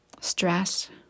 stress